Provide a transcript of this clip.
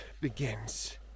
begins